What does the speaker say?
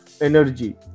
energy